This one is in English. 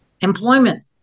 employment